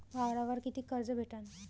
वावरावर कितीक कर्ज भेटन?